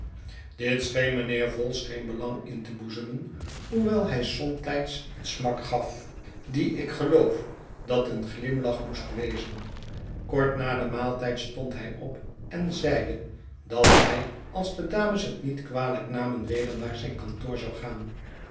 een glimlach moest wezen kort na den maaltijd stond hij op en zeide dat hij als dé dames het niet kwalijk namen weder naar zijn kantoor zou gaan